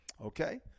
Okay